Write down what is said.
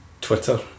Twitter